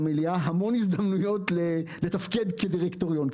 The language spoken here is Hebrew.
ניתנות למליאה המון הזדמנויות לתפקד כדירקטוריון,